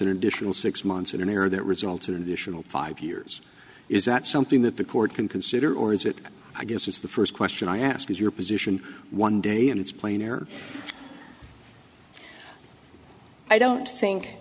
an additional six months and an error that resulted in additional five years is that something that the court can consider or is it i guess is the first question i ask is your position one day and it's plain or i don't think